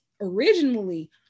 originally